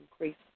increase